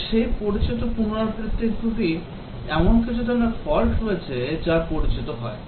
আমি সেই শব্দটি পুনরাবৃত্তি করি এমন কিছু ধরণের ফল্ট রয়েছে যা পরিচিত হয়